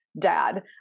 dad